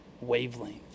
wavelength